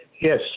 Yes